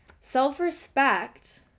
Self-respect